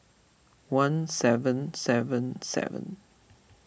one seven seven seven